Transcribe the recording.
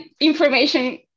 information